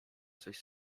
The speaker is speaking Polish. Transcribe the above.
coś